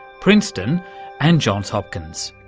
princeton and johns hopkins.